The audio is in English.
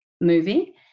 movie